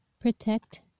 protect